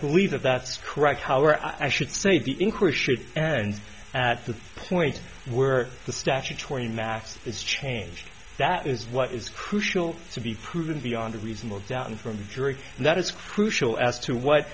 believe that's correct however i should say the inquiry should end at the point where the statutory max is changed that is what is crucial to be proven beyond a reasonable doubt and from the jury and that is crucial as to what